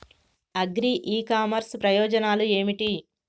Agri e commerce ప్రయోజనాలు ఏమిటి?